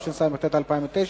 התשס"ט 2009,